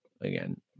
again